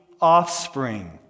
offspring